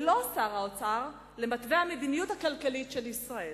ולא שר האוצר, למתווה המדיניות הכלכלית של ישראל.